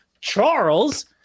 Charles